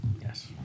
Yes